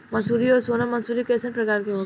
मंसूरी और सोनम मंसूरी कैसन प्रकार होखे ला?